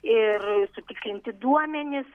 ir sutikslinti duomenis